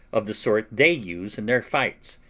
of the sort they use in their fights,